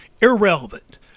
irrelevant